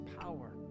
power